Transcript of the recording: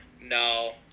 No